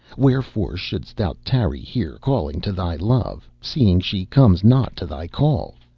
wherefore shouldst thou tarry here calling to thy love, seeing she comes not to thy call?